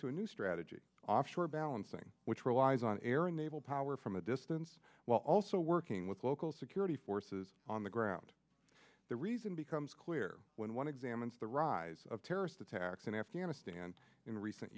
to a new strategy offshore balancing which relies on air and naval power from a distance while also working with local security forces on the ground the reason becomes clear when one examines the rise of terrorist attacks in afghanistan in recent